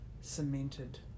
cemented